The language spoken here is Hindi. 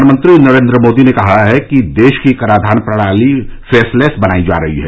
प्रधानमंत्री नरेन्द्र मोदी ने कहा है कि देश की कराधान प्रणाली फेसलैस बनाई जा रही है